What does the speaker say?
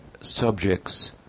subjects